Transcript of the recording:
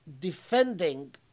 defending